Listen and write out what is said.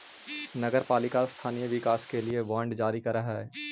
नगर पालिका स्थानीय विकास के लिए बांड जारी करऽ हई